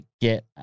get